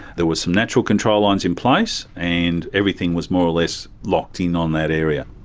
there were some natural control lines in place, and everything was more or less locked in on that area.